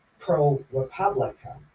Pro-Republica